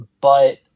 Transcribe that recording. but-